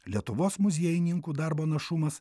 lietuvos muziejininkų darbo našumas